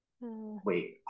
wait